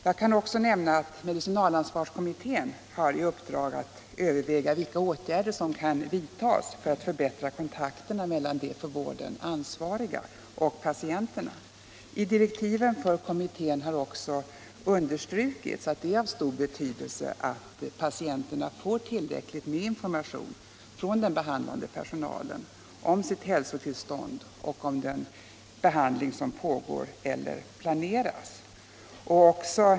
Jag kan också nämna att medicinalansvarskommittén har i uppdrag att överväga vilka åtgärder som kan vidtas för att förbättra kontakterna mellan de för vården ansvariga och patienterna. I direktiven för kommittén har också understrukits att det är av stor betydelse att patienterna får tillräckligt med information från den behandlande personalen om sitt hälsotillstånd och om den behandling som pågår eller planeras.